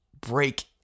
break